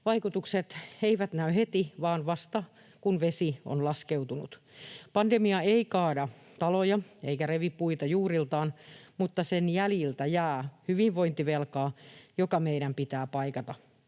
vaikutukset eivät näy heti vaan vasta, kun vesi on laskeutunut. Pandemia ei kaada taloja eikä revi puita juuriltaan, mutta sen jäljiltä jää hyvinvointivelkaa, joka meidän pitää paikata.